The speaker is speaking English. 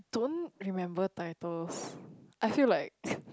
don't remember titles I feel like